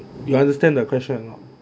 you understand the question or not